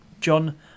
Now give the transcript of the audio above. John